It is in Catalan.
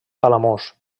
palamós